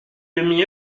demi